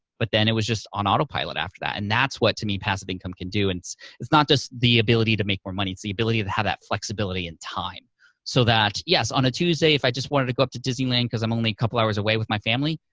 but then it was just on autopilot after that. and that's what, to me, passive income can do and it's it's not just the ability to make more money. it's the ability to have that flexibility in time so that, yes, on a tuesday, if i just wanted to go up to disneyland cause i'm only a couple hours away with my family,